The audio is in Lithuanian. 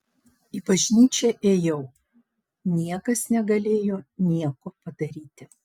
į bažnyčią ėjau niekas negalėjo nieko padaryti